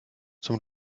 zum